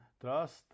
trust